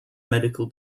medical